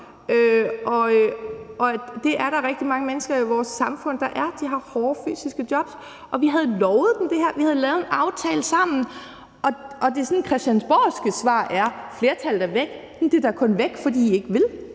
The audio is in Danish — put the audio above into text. og det er der rigtig mange mennesker i vores samfund, der er. De har hårde fysiske jobs, og vi havde lovet dem det her. Vi havde lavet en aftale sammen, og det sådan christiansborgske svar er: Flertallet er væk. Men det er da kun væk, fordi I ikke vil.